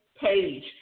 page